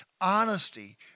Honesty